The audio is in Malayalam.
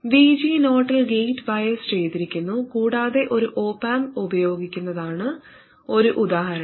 VG0 ൽ ഗേറ്റ് ബയാസ് ചെയ്തിരിക്കുന്നു കൂടാതെ ഒരു ഓപ് ആംപ് ഉപയോഗിക്കുന്നതാണ് ഒരു ഉദാഹരണം